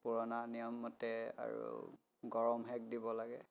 পুৰণা নিয়মমতে আৰু গৰম সেক দিব লাগে